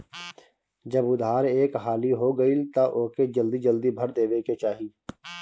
जब उधार एक हाली हो गईल तअ ओके जल्दी जल्दी भर देवे के चाही